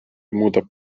muudab